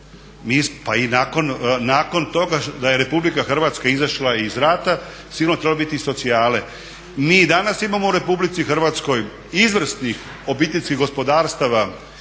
pa i nakon toga da je RH izašla iz rata sigurno trebalo biti i socijale. Mi i danas imamo u RH izvrsnih obiteljskih gospodarstava,